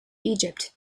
egypt